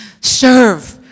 serve